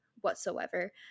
whatsoever